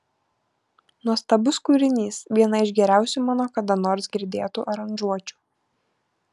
nuostabus kūrinys viena iš geriausių mano kada nors girdėtų aranžuočių